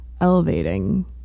elevating